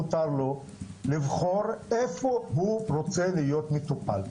מותר לו לבחור איפה הוא רוצה להיות מטופל,